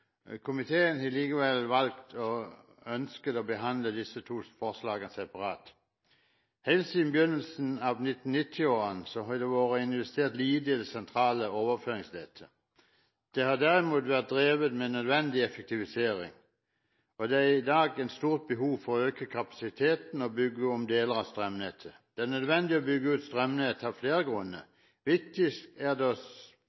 Komiteen har likevel ønsket og valgt å behandle disse forslagene separat. Helt siden i begynnelsen av 1990-årene har det vært investert lite i det sentrale overføringsnetttet. Det har derimot vært drevet med nødvendig effektivisering, og det er i dag et stort behov for å øke kapasiteten og bygge om deler av strømnettet. Det er nødvendig å bygge ut strømnettet av